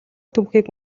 түүхийг